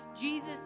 Jesus